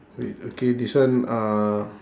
wait okay this one uh